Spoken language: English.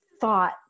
thought